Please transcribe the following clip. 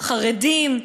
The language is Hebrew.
חרדים,